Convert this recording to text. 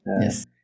Yes